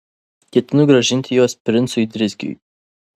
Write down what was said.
ketinu grąžinti juos princui driskiui